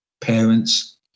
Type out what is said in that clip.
parents